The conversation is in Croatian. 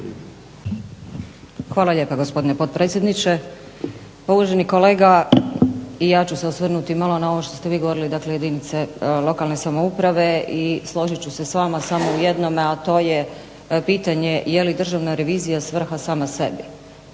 Hvala lijepa gospodine potpredsjedniče. Pa uvaženi kolega ja ću se osvrnuti na ovo što ste vi govorili dakle jedinice lokalne samouprave i složit ću se s vama samo u jednom a to je pitanje jeli Državna revizija svrha sama sebi?